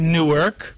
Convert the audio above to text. Newark